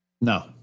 No